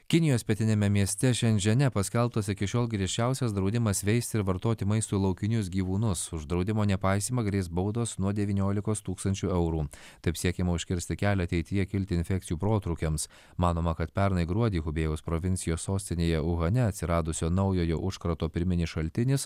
kinijos pietiniame mieste šengžene paskelbtas iki šiol griežčiausias draudimas veisti ir vartoti maistui laukinius gyvūnus už draudimo nepaisymą grės baudos nuo devyniolikos tūkstančių eurų taip siekiama užkirsti kelią ateityje kilti infekcijų protrūkiams manoma kad pernai gruodį hubėjaus provincijos sostinėje vuhane atsiradusio naujojo užkrato pirminis šaltinis